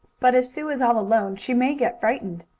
but if sue is all alone she may get frightened.